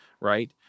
right